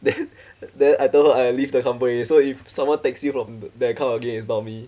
then then I told her I will leave the company so if someone texts you from that account again it's not me